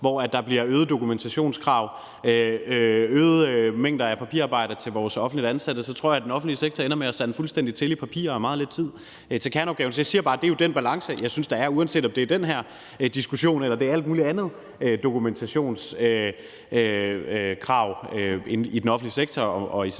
hvor der bliver øgede dokumentationskrav og øgede mængder af papirarbejde til vores offentligt ansatte, så tror jeg, at den offentlige sektor ender med at sande fuldstændig til i papir og meget lidt tid til kerneopgaverne. Så jeg siger bare, at det jo er den balance, jeg synes der er, uanset om det vedrører den her diskussion eller alt muligt andet om dokumentationskrav i den offentlige sektor og i særdeleshed